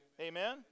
Amen